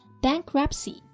Bankruptcy